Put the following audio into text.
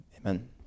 Amen